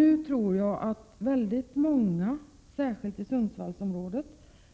Nu tror jag att många människor, särskilt i Sundsvallsområdet,